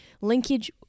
linkage